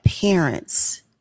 parents